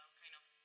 kind of